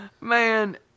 Man